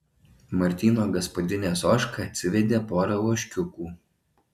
martyno gaspadinės ožka atsivedė porą ožkiukų